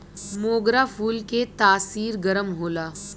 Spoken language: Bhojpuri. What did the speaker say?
मोगरा फूल के तासीर गरम होला